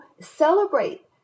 celebrate